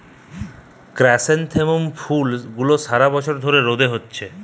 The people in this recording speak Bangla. ক্র্যাসনথেমুম ফুল গুলা সারা বছর ধরে রোদে হতিছে